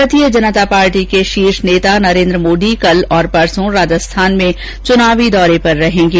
भारतीय जनता पार्टी के शीर्ष नेता नरेंद्र मोदी कल और परसों राजस्थान में चुनावी दौरे पर रहेंगे